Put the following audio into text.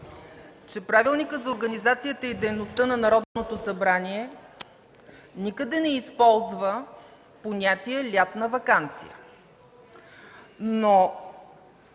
че Правилникът за организацията и дейността на Народното събрание никъде не използва понятието „лятна ваканция”,